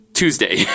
Tuesday